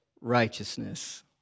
righteousness